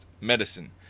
medicine